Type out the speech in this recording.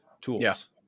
tools